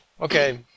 okay